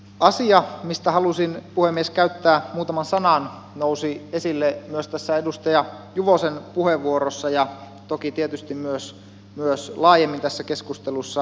asia mistä halusin puhemies käyttää muutaman sanan nousi esille myös tässä edustaja juvosen puheenvuorossa ja toki tietysti myös laajemmin tässä keskustelussa